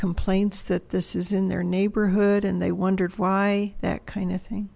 complaints that this is in their neighborhood and they wondered why that kind of thing